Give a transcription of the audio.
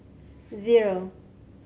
zero